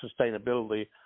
sustainability